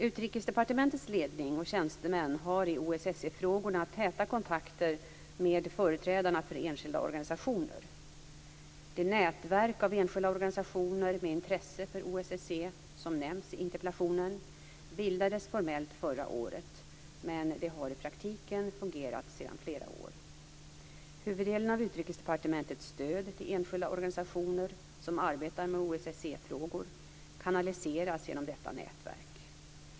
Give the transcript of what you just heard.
Utrikesdepartementets ledning och tjänstemän har i OSSE-frågorna täta kontakter med företrädarna för enskilda organisationer. Det nätverk av enskilda organisationer med intresse för OSSE som nämns i interpellationen bildades formellt förra året, men det har i praktiken fungerat sedan flera år. Huvuddelen av Utrikesdepartementets stöd till enskilda organisationer som arbetar med OSSE-frågor kanaliseras genom detta nätverk.